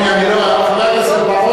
חבר הכנסת בר-און,